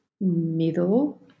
middle